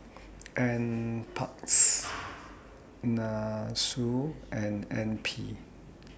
N Parks Nussu and N P